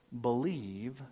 believe